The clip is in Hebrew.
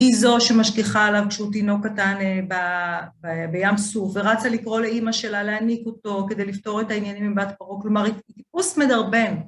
היא זו שמשגיחה עליו כשהוא תינוק קטן בים סוף ורצה לקרוא לאימא שלה להניק אותו כדי לפתור את העניינים עם בת פרעה, כלומר היא טיפוס מדרבן.